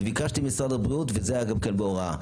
ביקשתי ממשרד הבריאות וזה גם כן בהוראה.